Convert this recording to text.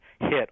hit